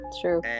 true